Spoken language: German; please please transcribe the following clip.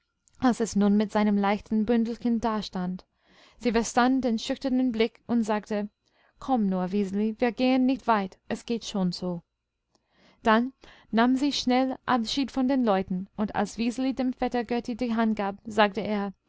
als es nun mit seinem leichten bündelchen dastand sie verstand den schüchternen blick und sagte komm nur wiseli wir gehen nicht weit es geht schon so dann nahm sie schnell abschied von den leuten und als wiseli dem vetter götti die hand gab sagte er